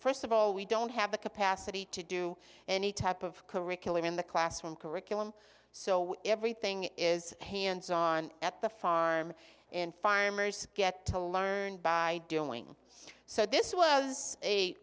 first of all we don't have the capacity to do any type of curriculum in the classroom curriculum so everything is hands on at the farm and fire mirrors get to learn by doing so this was a